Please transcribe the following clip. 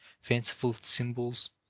fanciful symbols,